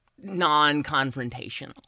non-confrontational